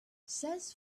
says